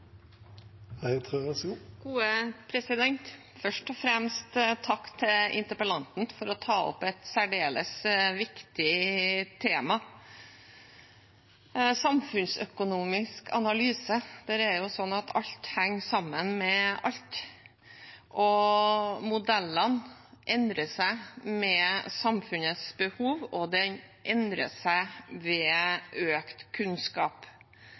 interpellanten for at han tar opp et særdeles viktig tema. Når det gjelder samfunnsøkonomisk analyse, er det jo sånn at alt henger sammen med alt, og modellene endrer seg med samfunnets behov og ved økt kunnskap.